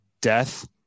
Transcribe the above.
death